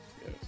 Yes